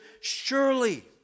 surely